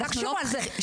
תחשבו על זה.